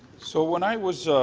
so when i was